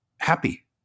happy